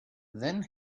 then